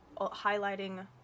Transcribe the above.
highlighting